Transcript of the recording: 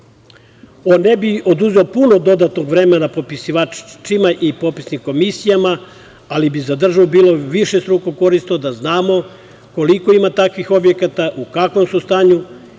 bih oduzeo puno vremena popisivačima i popisnim komisijama, ali bi za državu bilo višestruko korisno da znamo koliko ima takvih objekata, u kakvom su stanju,